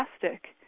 fantastic